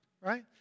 right